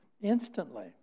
instantly